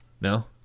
no